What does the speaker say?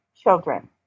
children